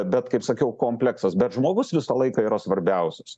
bet kaip sakiau kompleksas bet žmogus visą laiką yra svarbiausias